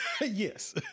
Yes